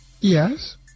Yes